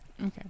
Okay